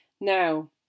Now